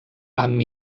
amb